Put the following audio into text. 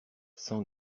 sans